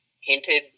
hinted